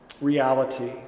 reality